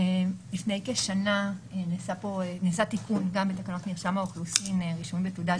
לפני כשנה נעשה תיקון גם בתקנות מרשם האוכלוסין (רישום בתעודת